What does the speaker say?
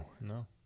no